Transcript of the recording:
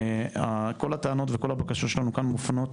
כל הטענות וכל הבקשות שלנו כאן מופנות